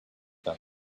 not